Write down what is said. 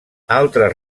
altres